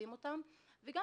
אל תעשו את זה.